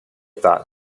thought